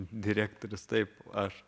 direktorius taip aš